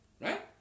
right